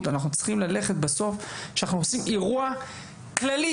אנחנו צריכים ללכת בסוף שאנחנו עושים אירוע כללי,